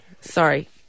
Sorry